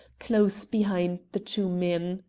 close behind the two men.